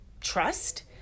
trust